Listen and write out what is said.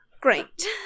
Great